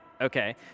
Okay